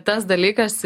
tas dalykas